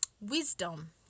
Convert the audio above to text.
wisdom